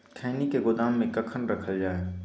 खैनी के गोदाम में कखन रखल जाय?